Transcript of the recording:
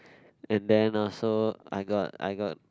and then also I got I got